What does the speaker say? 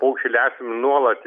paukščiai lesinami nuolat